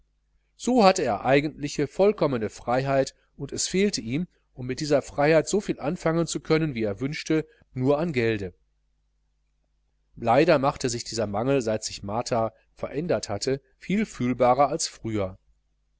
so hatte er eigentliche vollkommene freiheit und es fehlte ihm um mit dieser freiheit so viel anfangen zu können wie er wünschte nur an gelde leider machte sich dieser mangel seit sich martha verändert hatte viel fühlbarer als früher